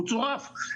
הוא צורף,